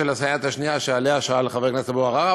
לסייעת השנייה שעליה שאל חבר הכנסת אבו עראר.